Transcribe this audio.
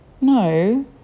No